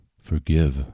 forgive